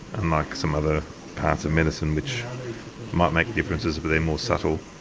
unlike some other parts of medicine which make differences but they're more subtle.